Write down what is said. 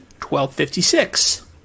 1256